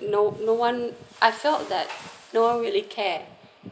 no no one I felt that no one really care